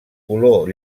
color